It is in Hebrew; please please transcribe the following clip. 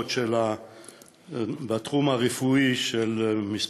בדיפלומות בכמה מקצועות בתחום הרפואי שלא